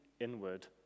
inward